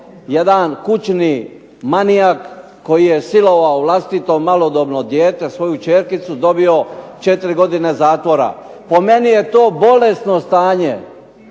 jedan kućni manijak koji je silovao vlastito malodobno dijete, svoju ćerkicu dobio četiri godine zatvora. Po meni je to bolesno stanje